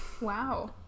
Wow